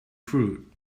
fruit